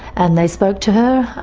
and they spoke to her.